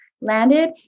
landed